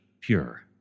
pure